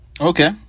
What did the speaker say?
Okay